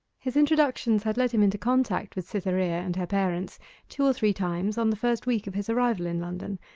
his introductions had led him into contact with cytherea and her parents two or three times on the first week of his arrival in london,